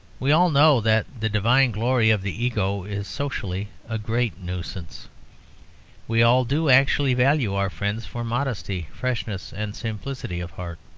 we all know that the divine glory of the ego is socially a great nuisance we all do actually value our friends for modesty, freshness, and simplicity of heart.